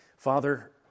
Father